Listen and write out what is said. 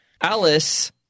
Alice